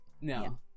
no